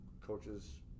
coaches